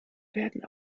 werden